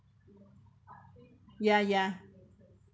ya ya